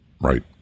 Right